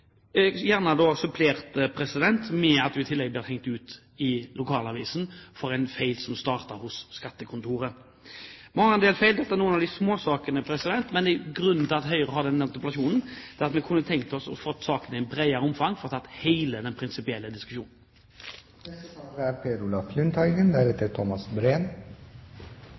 da gjerne supplert med at du i tillegg blir hengt ut i lokalavisen for en feil som startet hos skattekontoret. Det er mange feil, og dette er noen småsaker. Men grunnen til at Høyre har denne interpellasjonen, er at vi kunne ha tenkt oss å få sakene i et bredere omfang for å kunne få tatt hele den prinsipielle diskusjonen. Som statsråden var inne på, er